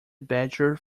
badger